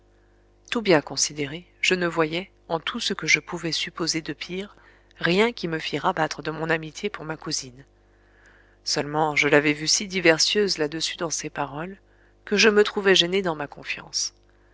tout bien considéré je ne voyais en tout ce que je pouvais supposer de pire rien qui me fît rabattre de mon amitié pour ma cousine seulement je l'avais vue si diversieuse là-dessus dans ses paroles que je me trouvais gêné dans ma confiance